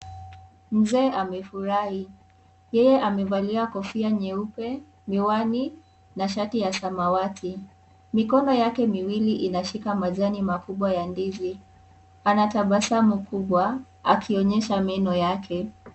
Mzee amefurahi , yeye amevalia kofia nyeupe , miwani na shati ya samawati . Mikono yake miwili inashika majani makubwa ya ndizi . Ana tabasamu kubwa akionyesha meno yake.